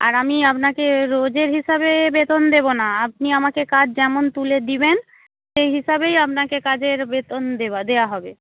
আর আমি আপনাকে রোজের হিসাবে বেতন দেবো না আপনি আমাকে কাজ যেমন তুলে দিবেন সেই হিসাবেই আপনাকে কাজের বেতন দেওয়া হবে